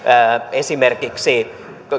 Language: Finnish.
esimerkiksi